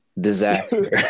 Disaster